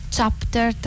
Chapter